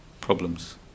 problems